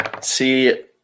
See